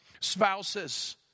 spouses